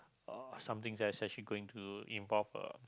or something that's actually going to involve a